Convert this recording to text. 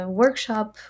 workshop